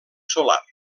solar